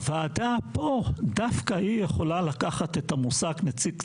הוועדה פה דווקא היא יכולה לקחת את המושג "נציג ציבור"